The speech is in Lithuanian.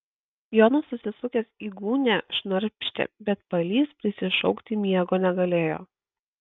jonas susisukęs į gūnią šnarpštė bet palys prisišaukti miego negalėjo